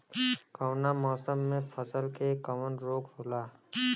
कवना मौसम मे फसल के कवन रोग होला?